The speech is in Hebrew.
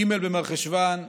ג' במרחשוון תשפ"א,